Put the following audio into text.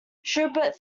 shubert